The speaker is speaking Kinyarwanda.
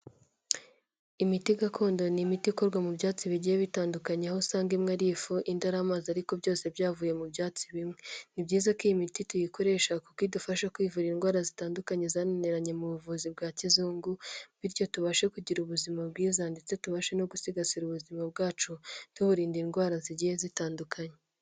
Imiti gakondo ni imiti ikorwa mu byatsi bigiye bitandukanye aho usanga imwe ari ifu indi ari amazi ariko byose byavuye mu byatsi bimwe, ni byiza ko iyi miti tuyikoresha kuko idufasha kwivura indwara zitandukanye zananiranye mu buvuzi bwa kizungu bityo tubashe kugira ubuzima bwiza ndetse tubashe no gusigasira ubuzima bwacu tuburinda indwara zigiye zitandukanye.